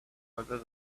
over